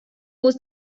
was